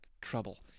trouble